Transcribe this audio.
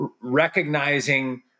recognizing